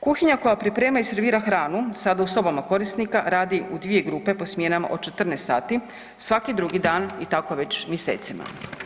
Kuhinja koja priprema i servira hranu, sada u sobama korisnika, radi u dvije grupe po smjenama od 14 sati, svaki drugi dan i tako već mjesecima.